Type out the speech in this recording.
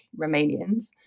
Romanians